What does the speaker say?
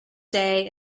day